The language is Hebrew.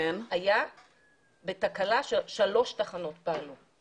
אבל ברגע שהוצאנו כוונה להטלת עיצום זה כבר התחלת תהליך אכיפה.